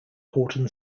horton